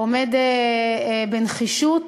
עומד בנחישות,